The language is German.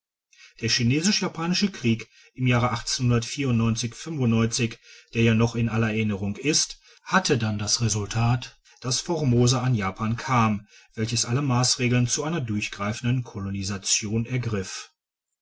der chinesisch japanische krieg im jahre der ja noch in aller erinnerung ist hatte dann das resultat dass formosa an japan kam welches alle massregeln zu einer durchgreifenden kolonisation ergriff